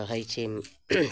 रहैत छियै